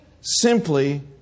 simply